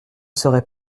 serais